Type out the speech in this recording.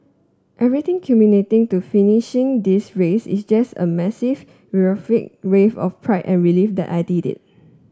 everything culminating to finishing this race is just a massive euphoric wave of pride and relief that I did it